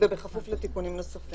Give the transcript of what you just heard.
ובכפוף לתיקונים נוספים.